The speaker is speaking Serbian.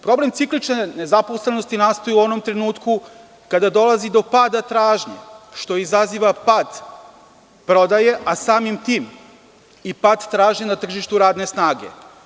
Problem ciklične nezaposlenosti nastaje u onom trenutku kada dolazi do pada tražnje, što izaziva pad prodaje, a samim tim i pad tražnje na tržištu radne snage.